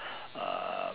uh